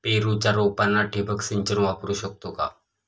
पेरूच्या रोपांना ठिबक सिंचन वापरू शकतो का?